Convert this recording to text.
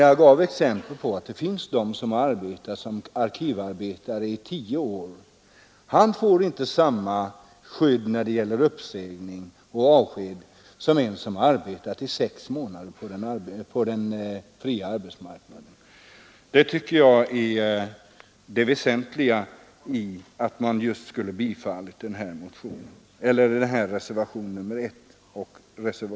Jag gav exempel som visar att en person som har arbetat som arkivarbetare i tio år inte får samma skydd när det gäller uppsägning och avsked som en som har arbetat i sex månader på den fria arbetsmarknaden. Det tycker jag är det väsentliga skälet till att man skulle bifalla reservationerna 1 och 2.